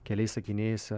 keliais sakiniais